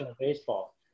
baseball